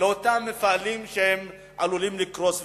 לאותם מפעלים שעלולים לקרוס וקורסים.